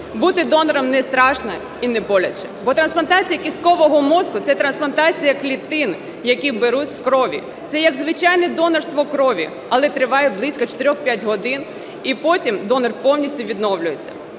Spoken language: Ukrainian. Бути донором не страшно і не боляче, бо трансплантація кісткового мозку – це трансплантація клітин, які беруть з крові. Це як звичайне донорство крові, але триває близько 4-5 годин і потім донор повністю відновлюється.